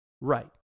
Right